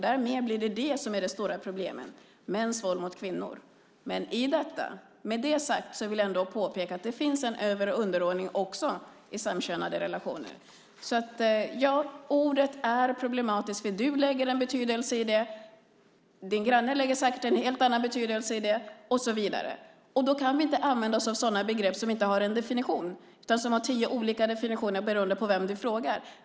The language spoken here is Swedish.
Därmed blir det detta som är det stora problemet - mäns våld mot kvinnor. Men med det sagt vill jag ändå påpeka att det finns en över och underordning också i samkönade relationer. Ja, ordet är problematiskt. Du lägger en betydelse i det. Din granne lägger säkert en helt annan betydelse i det och så vidare. Då kan vi inte använda oss av sådana begrepp som inte har en definition utan som har tio olika definitioner beroende på vem du frågar.